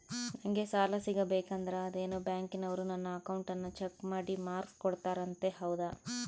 ನಂಗೆ ಸಾಲ ಸಿಗಬೇಕಂದರ ಅದೇನೋ ಬ್ಯಾಂಕನವರು ನನ್ನ ಅಕೌಂಟನ್ನ ಚೆಕ್ ಮಾಡಿ ಮಾರ್ಕ್ಸ್ ಕೋಡ್ತಾರಂತೆ ಹೌದಾ?